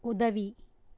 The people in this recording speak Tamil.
உதவி